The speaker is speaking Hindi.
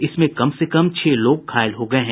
इसमें कम से कम छह लोग घायल हो गये हैं